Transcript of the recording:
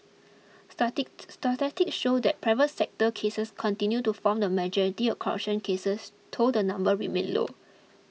started statistics showed that private sector cases continued to form the majority of corruption cases though the number remained low